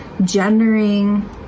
gendering